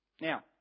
Now